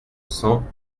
cent